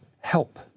help